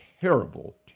terrible